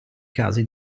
casi